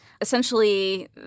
Essentially